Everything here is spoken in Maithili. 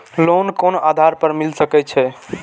लोन कोन आधार पर मिल सके छे?